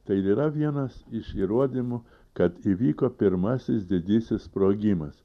tai ir yra vienas iš įrodymų kad įvyko pirmasis didysis sprogimas